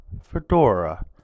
fedora